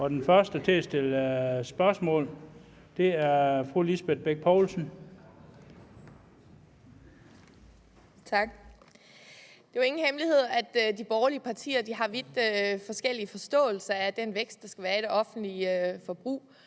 er fru Lisbeth Bech Poulsen. Kl. 13:01 Lisbeth Bech Poulsen (SF): Tak. Det er jo ingen hemmelighed, at de borgerlige partier har vidt forskellig forståelse af den vækst, der skal være i det offentlige forbrug,